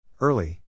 Early